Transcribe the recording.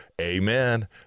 Amen